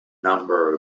number